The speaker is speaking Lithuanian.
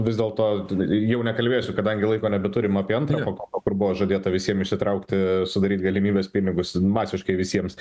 vis dėlto jau nekalbėsiu kadangi laiko nebeturim apie antrą pakopą kur buvo žadėta visiem išsitraukti sudaryt galimybes pinigus masiškai visiems